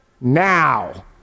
now